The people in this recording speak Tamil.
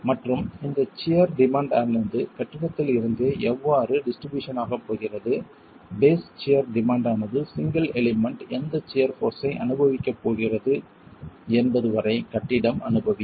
மற்றும் இந்த சியர் டிமாண்ட் ஆனது கட்டிடத்தில் இருந்தே எவ்வாறு டிஸ்ட்ரிபியூஷன் ஆகப் போகிறது பேஸ் சியர் டிமாண்ட் ஆனது சிங்கிள் எலிமெண்ட் எந்த சியர் போர்ஸ் ஐ அனுபவிக்கப் போகிறது என்பது வரை கட்டிடம் அனுபவிக்கும்